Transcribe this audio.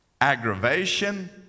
aggravation